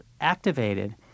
activated